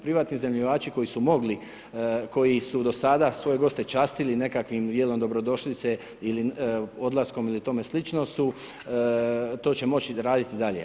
Privatni izmajmljivači koji su mogli, koji su do sada svoje goste častili nekakvim jelom dobrodošlice ili odlaskom ili tome slično su, to će moći raditi i dalje.